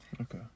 Okay